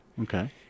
Okay